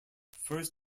first